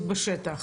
פחות.